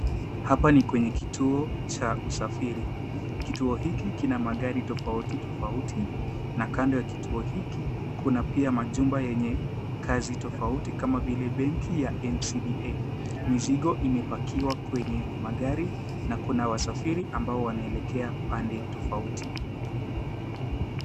Hapa ni kwenye kituo cha usafiri. Kituo hiki kina magari tofauti tofauti na kando ya kituo hiki kuna pia majumba yenye kazi tofauti kama vile benki ya NCBA. Mizigo imepakiwa kwenye magari na kuna wasafiri ambao wanaelekea pande tofauti.